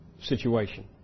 situation